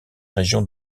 région